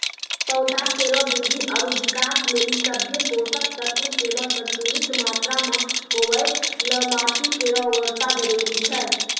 पौधा केरो वृद्धि आरु विकास लेलि सभ्भे पोसक तत्व केरो संतुलित मात्रा म होवय ल माटी केरो उर्वरता जरूरी छै